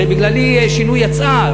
הרי בגללי שינוי יצאה,